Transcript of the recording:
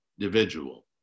individual